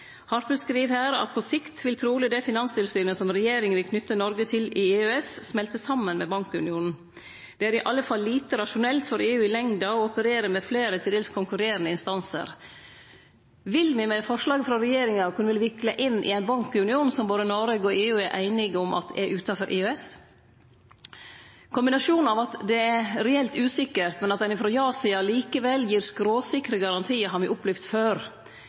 Harper skriv her: «På sikt vil trolig det finanstilsynet som regjeringen vil knytte Norge til i EØS, smelte sammen med bankunionen. Det er i alle fall lite rasjonelt for EU i lengden å operere med flere til dels konkurrerende instanser. Vil vi med forslaget fra regjeringen kunne bli viklet inn en bankunion som både Norge og EU er enig om at er utenfor EØS?» Kombinasjonen av at det er reelt usikkert, men at ein frå ja-sida likevel gir skråsikre garantiar, har me opplevd før.